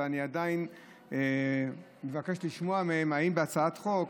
אבל אני עדיין מבקש לשמוע מהם אם בהצעת חוק